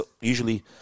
usually